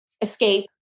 escape